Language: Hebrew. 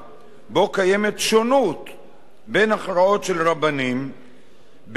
בין הכרעות של רבנים בהיבט של הגישה ההלכתית שהם נוקטים,